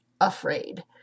afraid